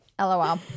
Lol